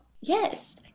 yes